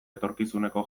etorkizuneko